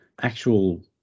actual